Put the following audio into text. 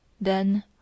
Then